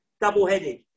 double-headed